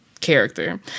character